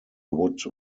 would